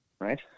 Right